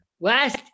last